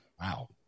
Wow